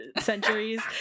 centuries